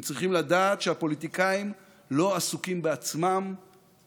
הם צריכים לדעת שהפוליטיקאים לא עסוקים בעצמם,